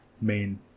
main